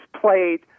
played